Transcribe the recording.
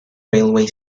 railway